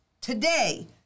Today